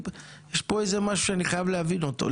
יש פה איזה משהו שאני חייב להבין אותו,